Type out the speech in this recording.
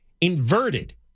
inverted